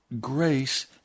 Grace